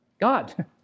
God